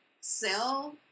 sell